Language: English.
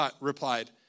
replied